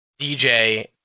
DJ